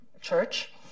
church